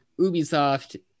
Ubisoft